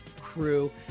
crew